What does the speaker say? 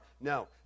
No